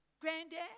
granddad